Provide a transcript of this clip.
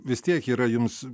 vis tiek yra jums